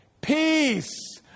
peace